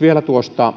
vielä tuosta